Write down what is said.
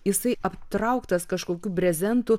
jisai aptrauktas kažkokiu brezentu